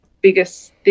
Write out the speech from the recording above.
Biggest